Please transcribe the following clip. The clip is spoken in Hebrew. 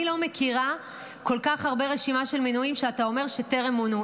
אני לא מכירה רשימה של כל כך הרבה מינויים שאתה אומר שטרם מונו.